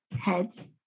heads